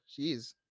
Jeez